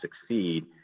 succeed